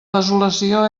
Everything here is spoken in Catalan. desolació